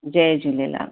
Jay Jhulelal